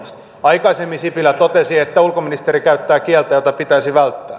aikaisemmin sipilä totesi että ulkoministeri käyttää kieltä jota pitäisi välttää